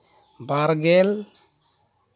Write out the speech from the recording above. ᱵᱟᱨᱜᱮᱞ